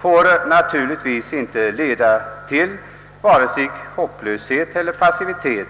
får naturligtvis inte leda till vare sig hopplöshet eller passivitet.